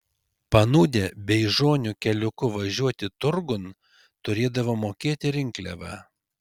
panūdę beižonių keliuku važiuoti turgun turėdavo mokėti rinkliavą